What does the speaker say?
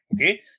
okay